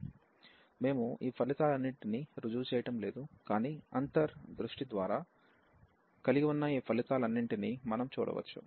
మేము ఈ ఫలితాలన్నింటినీ రుజువు చేయటం లేదు కానీ అంతర్ దృష్టి ద్వారా కలిగి ఉన్న ఈ ఫలితాలన్నింటినీ మనం చూడవచ్చు